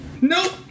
Nope